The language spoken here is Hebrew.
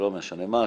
מה השם?